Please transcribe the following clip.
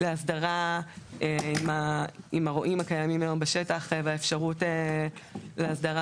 להסדרה עם הרועים הקיימים היום בשטח והאפשרות להסדרה,